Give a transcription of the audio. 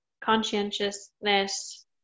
conscientiousness